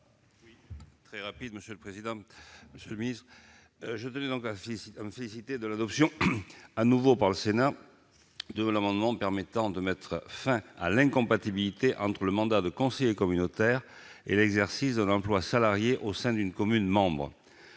est à M. Jean-Pierre Grand, sur l'article. Je tenais à me féliciter de l'adoption de nouveau par le Sénat de mon amendement permettant de mettre fin à l'incompatibilité entre le mandat de conseiller communautaire et l'exercice d'un emploi salarié au sein d'une commune membre.